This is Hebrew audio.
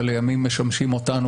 ולימים משמשים אותנו,